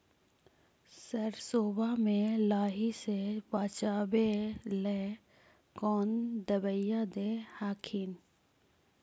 सरसोबा मे लाहि से बाचबे ले कौन दबइया दे हखिन?